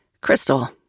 Crystal